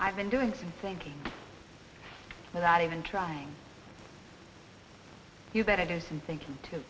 i've been doing some thinking without even trying you better do some thinking to